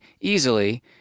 easily